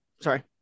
sorry